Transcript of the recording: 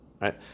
right